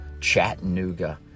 Chattanooga